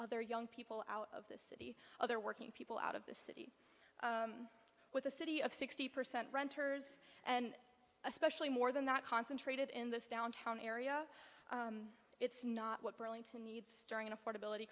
other young people out of the city other working people out of the city with a city of sixty percent renters and especially more than that concentrated in this downtown area it's not what burlington needs during affordability